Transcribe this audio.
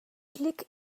klik